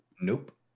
Nope